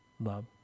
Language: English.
love